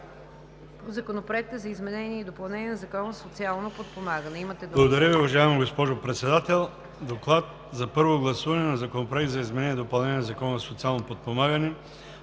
Законопроекта за изменение и допълнение на Закона за социално подпомагане.